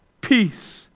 peace